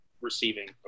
receiving